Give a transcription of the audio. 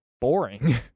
boring